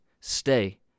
stay